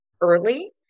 early